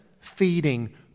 feeding